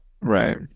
right